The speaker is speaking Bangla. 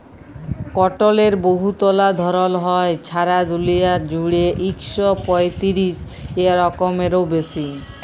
কটলের বহুতলা ধরল হ্যয়, ছারা দুলিয়া জুইড়ে ইক শ পঁয়তিরিশ রকমেরও বেশি